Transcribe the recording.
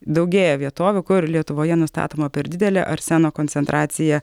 daugėja vietovių kur lietuvoje nustatoma per didelė arseno koncentracija